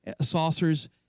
saucers